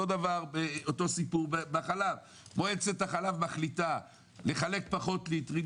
ואותו סיפור בחלב מועצת החלב מחליטה לחלק פחות ליטרים,